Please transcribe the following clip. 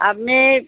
আপনি